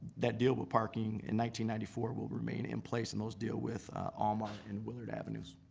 that deal with parking in ninety ninety four will remain in place. and those deal with almar and willard avenues.